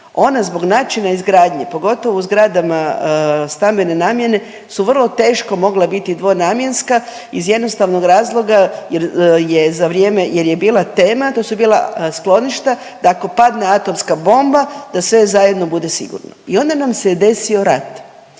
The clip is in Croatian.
Ona zbog načina izgradnje pogotovo u zgradama stambene namjene su vrlo teško mogla biti dvonamjenska iz jednostavnog razloga jer je za vrijeme, jer je bila tema to su bila skloništa da ako padne atomska bomba da sve zajedno bude sigurno. I onda nam se je desio rat